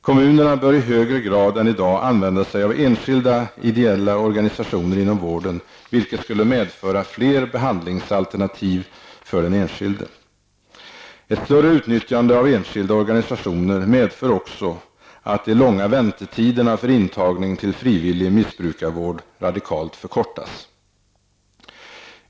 Kommunerna bör i högre grad än i dag använda sig av enskilda ideella organisationer inom vården, vilket skulle medföra fler behandlingsalternativ för den enskilde. Ett större utnyttjande av enskilda organisationer medför också att de långa väntetiderna för intagning till frivillig missbrukarvård radikalt förkortas.